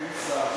אין שר,